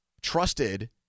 trusted